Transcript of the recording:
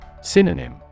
Synonym